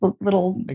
little